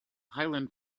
highland